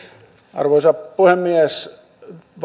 arvoisa puhemies